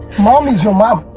mom is your mom.